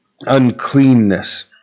uncleanness